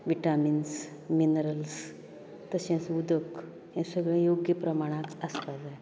vitamins minerals तशेंच उदक हे सगळें योग्य प्रमाणांत आसपाक जाय